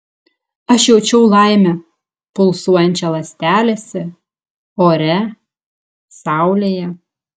aš jaučiau laimę pulsuojančią ląstelėse ore saulėje